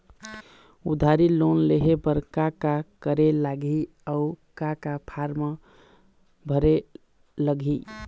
उधारी लोन लेहे बर का का करे लगही अऊ का का फार्म भरे लगही?